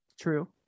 True